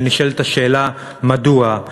ונשאלת השאלה מדוע.